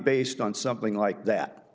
based on something like that